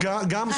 תקנסו.